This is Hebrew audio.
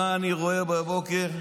מה אני רואה בבוקר?